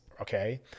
okay